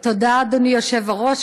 תודה, אדוני יושב-ראש.